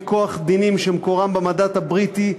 מכוח דינים שמקורם במנדט הבריטי,